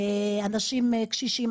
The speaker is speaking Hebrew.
אנשים קשישים,